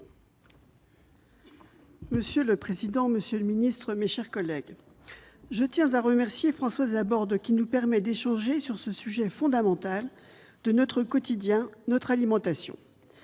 Monsieur le président, monsieur le ministre, mes chers collègues, je tiens à remercier Françoise Laborde, dont l'initiative nous permet d'échanger sur ce sujet fondamental de notre quotidien : notre alimentation.